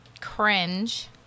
Cringe